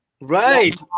right